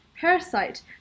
Parasite